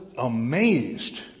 Amazed